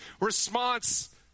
response